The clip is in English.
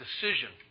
decision